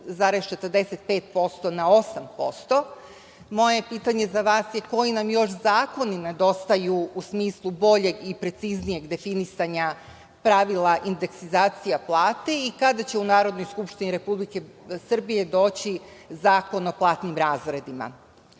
8,45% na 8%. Moje pitanje za vas je – koji nam još zakoni nedostaju u smislu boljeg i preciznijeg definisanja pravila indeksizacija plate i kada će u Narodnoj skupštini Republike Srbije doći zakon o platnim razredima?U